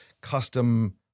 custom